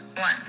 One